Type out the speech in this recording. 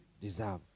deserve